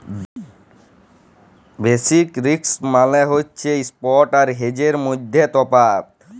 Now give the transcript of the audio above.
basis risk মালে হছে spot আর হেজের মইধ্যে তফাৎ